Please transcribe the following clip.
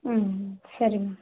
ಹ್ಞೂ ಸರಿ ಮೇಡಮ್